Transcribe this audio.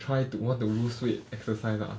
try to want to lose weight exercise ah